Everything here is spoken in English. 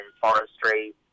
forestry